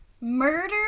Murder